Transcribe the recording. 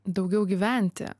daugiau gyventi